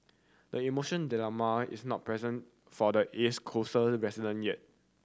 the emotion dilemma is not present for the East Coast the resident yet